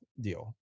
deal